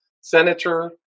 Senator